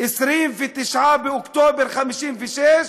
29 באוקטובר 1956,